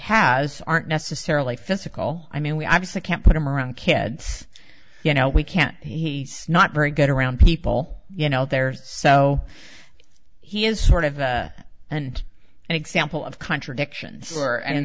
has aren't necessarily physical i mean we obviously can't put him around kids you know we can't he says not very good around people you know there's so he is sort of and an example of contradictions for and